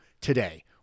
today